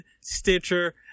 Stitcher